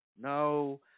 No